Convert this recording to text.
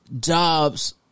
jobs